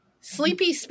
Sleepy